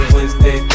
Wednesday